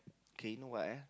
K you know what eh